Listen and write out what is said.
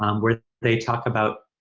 um where they talk about